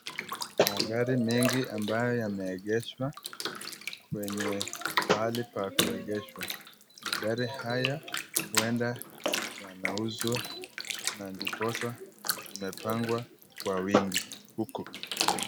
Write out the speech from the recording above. Magari mingi ambayo yameegeshwa kwenye mahali pa kuegeshwa, gari haya huenda yanauzwa na ndiposa yamepangwa kwa wingi huku.